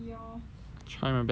try my best